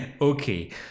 Okay